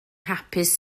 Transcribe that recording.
hapus